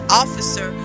officer